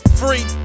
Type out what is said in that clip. free